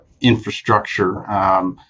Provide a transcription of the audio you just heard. infrastructure